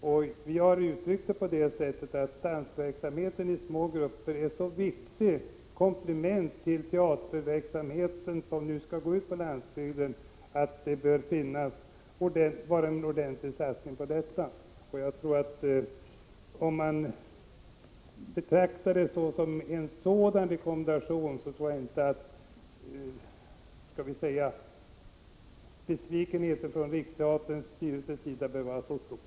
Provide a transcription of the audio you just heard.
Vi har uttryckt det på så sätt att dansverksamhet i små grupper är ett så viktigt komplement till teaterverksamheten på landsbygden att det bör göras en ordentligt satsning på dansen. Efter den rekommendationen tycker jag inte att Riksteaterns styrelses besvikelse behöver vara så stor.